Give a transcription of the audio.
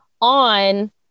on